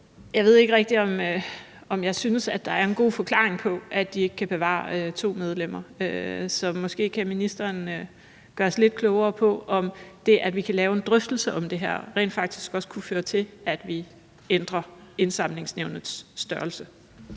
jeg ved ikke rigtig, om jeg synes, at der er en god forklaring på, at vi ikke kan bevare to medlemmer. Så måske kan ministeren gøre os lidt klogere på, om det, at vi kunne have en drøftelse om det her, rent faktisk også kunne føre til, at vi ændrer Indsamlingsnævnets størrelse.